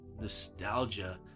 nostalgia